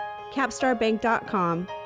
capstarbank.com